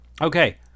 okay